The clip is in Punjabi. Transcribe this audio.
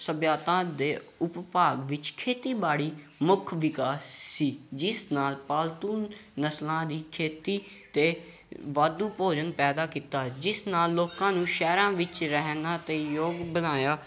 ਸੱਭਿਅਤਾ ਦੇ ਉਪਭਾਗ ਵਿੱਚ ਖੇਤੀਬਾੜੀ ਮੁੱਖ ਵਿਕਾਸ ਸੀ ਜਿਸ ਨਾਲ ਪਾਲਤੂ ਨਸਲਾਂ ਦੀ ਖੇਤੀ ਅਤੇ ਵਾਧੂ ਭੋਜਨ ਪੈਦਾ ਕੀਤਾ ਜਿਸ ਨਾਲ ਲੋਕਾਂ ਨੂੰ ਸ਼ਹਿਰਾਂ ਵਿੱਚ ਰਹਿਣਾ ਅਤੇ ਯੋਗ ਬਣਾਇਆ